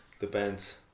depends